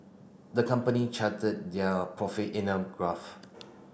the company charted their profit in a graph